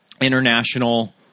international